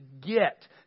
get